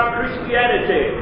Christianity